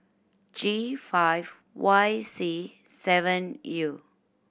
G five Y C seven U